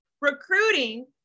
Recruiting